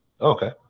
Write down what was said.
Okay